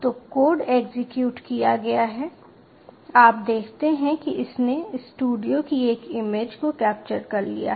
तो code execute किया गया है आप देखते हैं कि इसने स्टूडियो की एक इमेज को कैप्चर कर लिया है